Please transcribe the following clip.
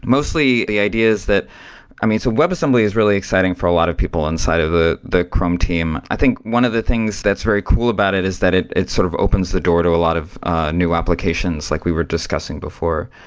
mostly the ideas that i mean, so webassembly is really exciting for a lot of people inside of the the chrome team. i think one of the things that's very cool about it is that it it sort of opens the door to a lot of new applications like we were discussing before.